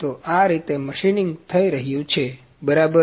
તો આ રીતે મશીનિંગ થઈ રહ્યું છે બરાબર